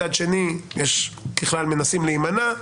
מצד שני ככלל מנסים להימנע.